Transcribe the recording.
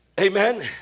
Amen